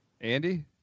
Andy